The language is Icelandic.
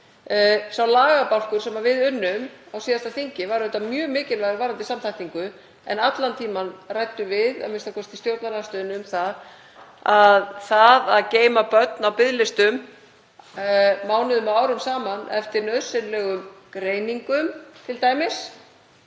Sá lagabálkur sem við unnum á síðasta þingi var auðvitað mjög mikilvægur varðandi samþættingu en allan tímann ræddum við, a.m.k. við í stjórnarandstöðunni, um að það að geyma börn á biðlistum mánuðum og árum saman eftir nauðsynlegum greiningum t.d.